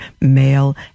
male